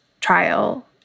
trial